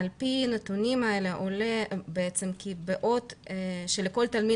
מהנתונים האלה עולה כי בעוד שלכל למיד